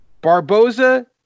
Barboza